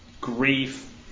grief